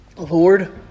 Lord